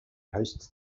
hosts